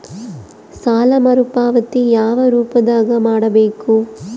ಸಾಲ ಮರುಪಾವತಿ ಯಾವ ರೂಪದಾಗ ಮಾಡಬೇಕು?